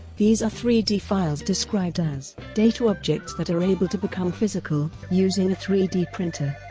these are three d files described as data objects that are able to become physical using a three d printer.